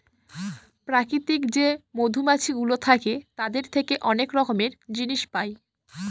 প্রাকৃতিক যে মধুমাছিগুলো থাকে তাদের থেকে অনেক রকমের জিনিস পায়